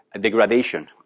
degradation